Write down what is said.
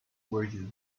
were